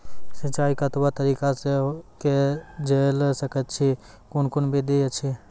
सिंचाई कतवा तरीका सअ के जेल सकैत छी, कून कून विधि ऐछि?